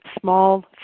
Small